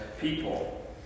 people